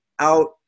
Out